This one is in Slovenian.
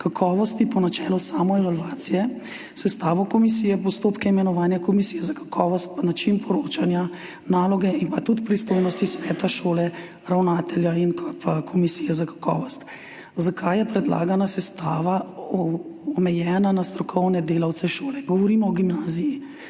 kakovosti po načelu samoevalvacije, sestavo komisije, postopka imenovanja komisije za kakovost, način poročanja, naloge in tudi pristojnosti sveta šole, ravnatelja in komisije za kakovost. Zakaj je predlagana sestava omejena na strokovne delavce šole? Govorimo o gimnaziji,